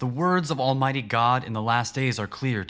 the words of almighty god in the last days are clear